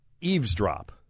eavesdrop